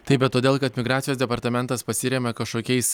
taip bet todėl kad migracijos departamentas pasirėmė kažkokiais